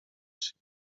się